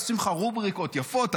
עושים לך רובריקות יפות,